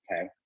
Okay